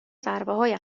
ضربههای